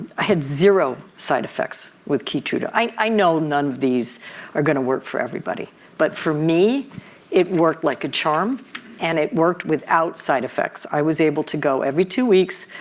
i had zero side effects with keytruda. i know none of these are going to work for everybody but for me it worked like a charm and it worked without side effects. i was able to go every two weeks.